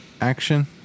action